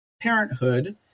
Parenthood